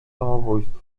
samobójstwo